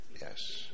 Yes